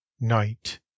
Night